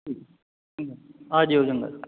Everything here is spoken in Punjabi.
ਆ ਜਿਓ ਚੰਗਾ